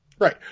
Right